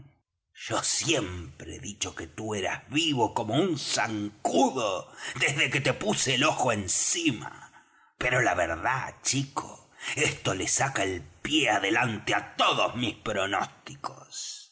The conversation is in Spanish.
yo siempre he dicho que tú eras vivo como un zancudo desde que te puse el ojo encima pero la verdad chico esto le saca el pie adelante á todos mis pronósticos